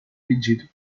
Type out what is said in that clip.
pedido